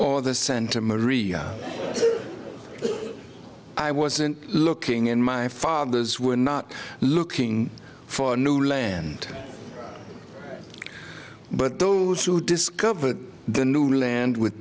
or the center mari i wasn't looking in my father's we're not looking for new land but those who discovered the new land with